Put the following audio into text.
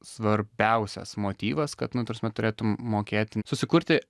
svarbiausias motyvas kad nu ta prasme turėtum mokėti susikurti